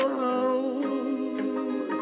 home